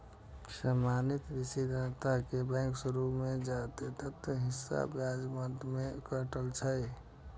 सामान्यतः ऋणदाता बैंक शुरू मे जादेतर हिस्सा ब्याज मद मे काटै छै